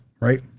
right